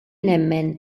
nemmen